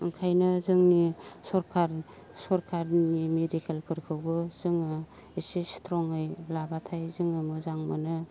ओंखायनो जोंनि सरखार सरखारनि मेडिकेलफोरखौबो जोङो एसे स्ट्रङै लाब्लाथाय जोङो मोजां मोनो